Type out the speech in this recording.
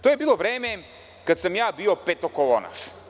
To je bilo vreme kada sam ja bio petokolonaš.